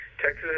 Texas